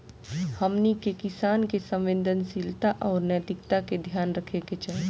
हमनी के किसान के संवेदनशीलता आउर नैतिकता के ध्यान रखे के चाही